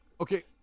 Okay